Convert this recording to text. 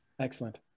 Excellent